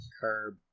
curb